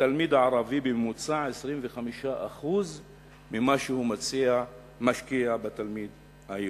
בתלמיד הערבי בממוצע 25% ממה שהוא משקיע בתלמיד היהודי.